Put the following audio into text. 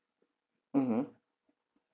mmhmm